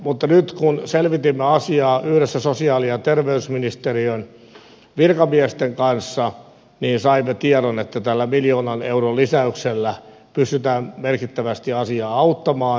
mutta nyt kun selvitimme asiaa yhdessä sosiaali ja terveysministeriön virkamiesten kanssa niin saimme tiedon että tällä miljoonan euron lisäyksellä pystytään merkittävästi asiaa auttamaan